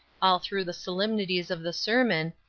all through the solemnities of the sermon,